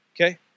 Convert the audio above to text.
okay